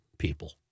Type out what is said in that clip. people